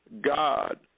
God